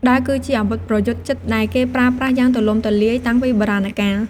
ដាវ គឺជាអាវុធប្រយុទ្ធជិតដែលគេប្រើប្រាស់យ៉ាងទូលំទូលាយតាំងពីបុរាណកាល។